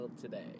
today